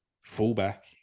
fullback